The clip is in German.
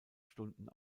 stunden